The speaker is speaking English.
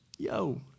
Yo